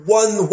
one